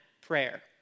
prayer